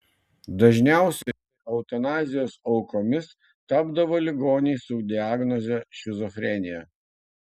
dažniausiai eutanazijos aukomis tapdavo ligoniai su diagnoze šizofrenija